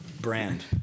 brand